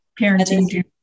parenting